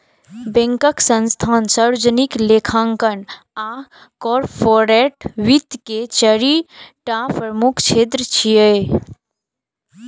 bank, संस्थान, सार्वजनिक लेखांकन आ कॉरपोरेट वित्त के चारि टा प्रमुख क्षेत्र छियै